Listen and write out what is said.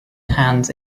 hands